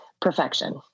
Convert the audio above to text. perfection